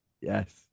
Yes